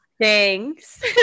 Thanks